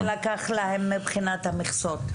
וכמה זה לקח להם מבחינת המכסות.